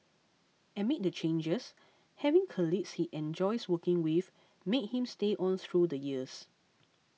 amid the changes having colleagues he enjoys working with made him stay on through the years